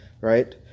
right